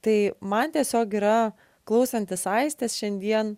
tai man tiesiog yra klausantis aistės šiandien